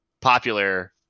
popular